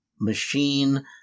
machine